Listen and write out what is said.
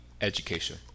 education